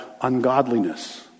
ungodliness